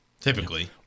Typically